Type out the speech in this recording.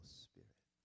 spirit